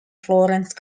florence